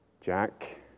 Jack